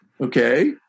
Okay